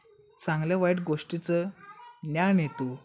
चांगल्या वाईट गोष्टीचं ज्ञान येतो